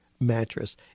mattress